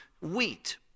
wheat